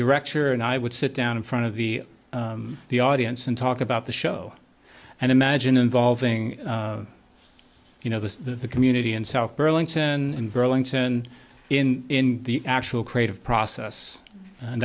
director and i would sit down in front of the the audience and talk about the show and imagine involving you know the community in south burlington in burlington in the actual creative process and